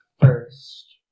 first